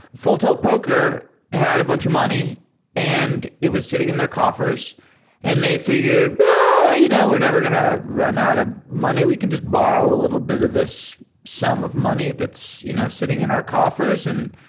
full tilt poker had a bunch of money and it was sitting in their coffers and they figured, but you know we're never going to run out of ah money. we can just borrow a little bit of this sum of money that's you know sitting in our coffers. and